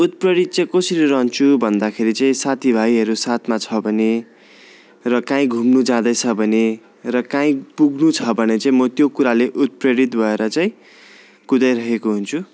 उत्प्रेरित चाहिँ कसरी रहन्छु भन्दाखेरि चाहिँ साथी भाइहरू साथमा छ भने र कहीँ घुम्नु जाँदैछ भने र कहीँ पुग्नु छ भने चाहिँ म त्यो कुराले उत्प्रेरित भएर चाहिँ कुदाइरहेको हुन्छु